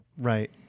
Right